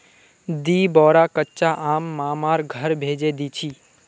दी बोरा कच्चा आम मामार घर भेजे दीछि